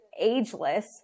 ageless